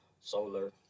solar